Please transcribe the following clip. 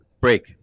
Break